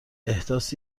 احداث